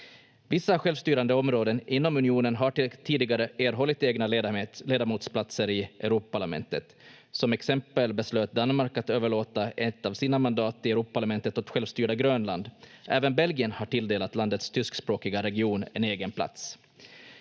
Vissa självstyrande områden inom unionen har tidigare erhållit egna ledamotsplatser i Europaparlamentet. Som exempel beslöt Danmark att överlåta ett av sina mandat i Europaparlamentet åt självstyrda Grönland. Även Belgien har tilldelat landets tyskspråkiga region en egen plats.